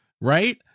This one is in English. Right